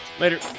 Later